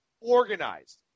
organized